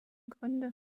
gründe